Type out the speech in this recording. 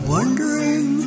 Wondering